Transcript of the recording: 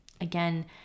again